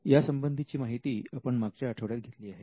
यासंबंधीची माहिती आपण मागच्या आठवड्यात घेतली आहे